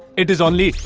it is only.